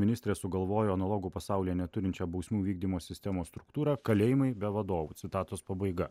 ministrė sugalvojo analogų pasaulyje neturinčią bausmių vykdymo sistemos struktūrą kalėjimai be vadovų citatos pabaiga